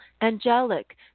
angelic